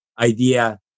idea